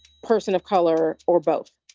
person of color or both